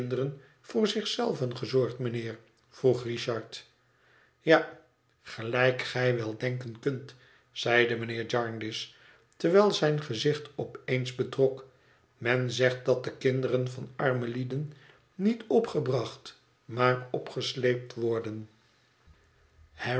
voor zich zelven gezorgd mijnheer vroeg richard ja gelijk gij wel denken kunt zeide mijnheer jarndyce terwijl zijn gezicht op eens betrok men zegt dat de kinderen van arme lieden niet opgebracht maar opgesleept worden